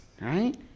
right